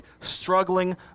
struggling